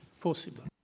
possible